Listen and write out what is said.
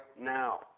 now